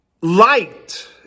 light